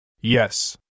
Yes